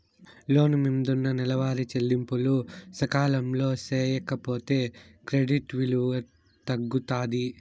లోను మిందున్న నెలవారీ చెల్లింపులు సకాలంలో సేయకపోతే క్రెడిట్ విలువ తగ్గుతాది